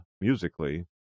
musically